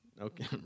Okay